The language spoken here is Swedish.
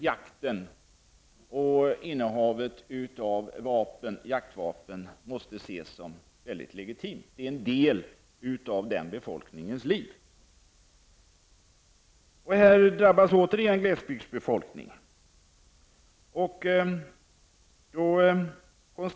Jakt och innehav av jaktvapen måste däremot ses som högst legitima företeelser där -- som en del av tillvaron för de här människorna. Återigen drabbas alltså glesbygden.